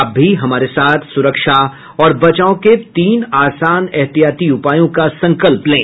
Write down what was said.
आप भी हमारे साथ सुरक्षा और बचाव के तीन आसान एहतियाती उपायों का संकल्प लें